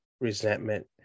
resentment